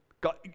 God